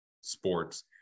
sports